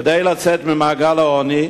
כדי לצאת ממעגל העוני,